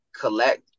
collect